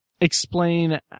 explain